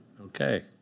Okay